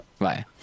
Bye